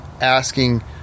asking